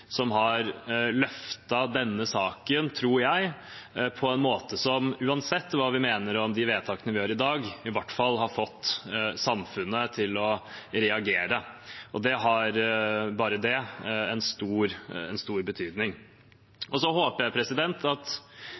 som har løftet denne saken, tror jeg, på en måte som uansett hva vi mener om de vedtakene vi gjør i dag, i hvert fall har fått samfunnet til å reagere. Bare det har stor betydning. Så håper jeg at det